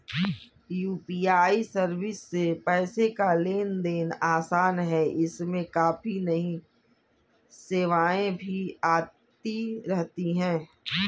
UPI service से पैसे का लेन देन आसान है इसमें काफी नई सेवाएं भी आती रहती हैं